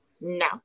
no